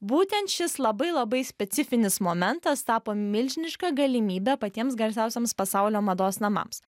būtent šis labai labai specifinis momentas tapo milžiniška galimybe patiems garsiausiems pasaulio mados namams